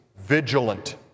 vigilant